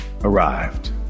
arrived